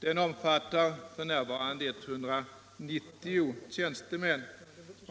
Den omfattar f. n. 190 tjänstemän.